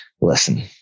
listen